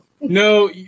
No